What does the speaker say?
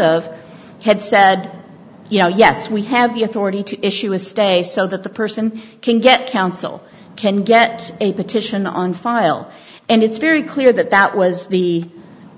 of had said you know yes we have the authority to issue a stay so that the person can get counsel can get a petition on file and it's very clear that that was the